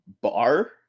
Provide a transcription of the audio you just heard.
bar